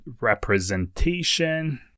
representation